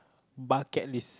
bucket list